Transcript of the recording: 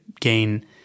gain